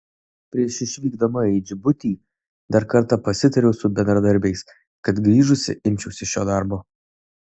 prieš išvykdama į džibutį dar kartą pasitariau su bendradarbiais kad grįžusi imčiausi šio darbo